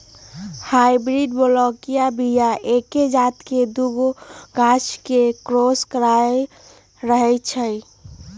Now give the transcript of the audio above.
hybrid बलौकीय बीया एके जात के दुगो गाछ के क्रॉस कराएल रहै छै